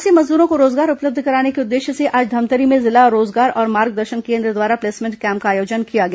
प्रवासी मजदूरों को रोजगार उपलब्ध कराने के उद्देश्य से आज धमतरी में जिला रोजगार और मार्गदर्शन केन्द्र द्वारा प्लेसमेंट कैम्प का आयोजन किया गया